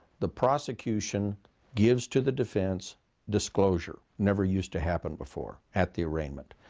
the prosecution gives to the defense disclosure. never used to happen before at the arraignment.